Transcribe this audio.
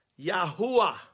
Yahuwah